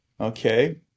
okay